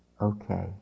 okay